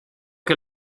que